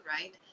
right